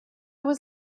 was